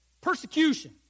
persecution